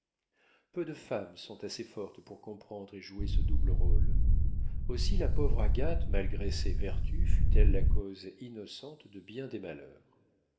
peu de femmes sont assez fortes pour comprendre et jouer ce double rôle aussi la pauvre agathe malgré ses vertus fut-elle la cause innocente de bien des malheurs